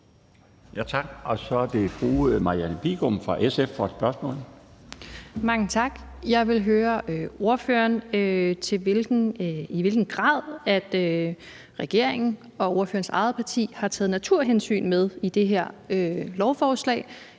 Tak. Så er det fru Marianne Bigum fra SF for et spørgsmål. Kl. 14:00 Marianne Bigum (SF): Mange tak. Jeg vil høre ordføreren om, i hvilken grad regeringen og ordførerens eget parti har taget naturhensyn med i det her lovforslag,